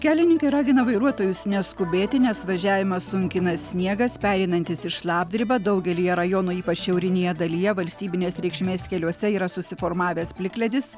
kelininkai ragina vairuotojus neskubėti nes važiavimą sunkina sniegas pereinantis į šlapdribą daugelyje rajonų ypač šiaurinėje dalyje valstybinės reikšmės keliuose yra susiformavęs plikledis